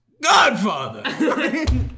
Godfather